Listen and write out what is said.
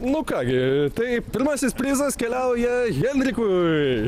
nu ką gi taip pirmasis prizas keliauja henrikui